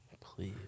Please